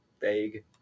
vague